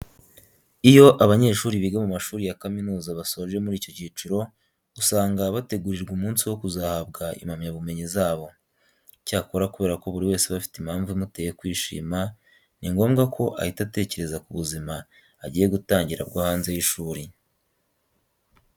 Iyo abanyeshuri biga mu mashuri ya kaminuza basoje muri icyo cyiciro, usanga bategurirwa umunsi wo kuzahabwa impamyabumenyi zabo. Icyakora kubera ko buri wese aba afite impamvu imuteye kwishima, ni ngombwa ko ahita atekereza ku buzima agiye gutangira bwo hanze y'ishuri.